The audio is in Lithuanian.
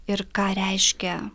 ir ką reiškia